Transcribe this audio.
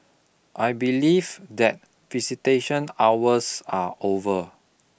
I believe that visitation hours are over